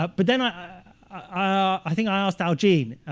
but but then i i think i asked al jean,